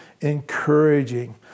encouraging